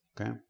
Okay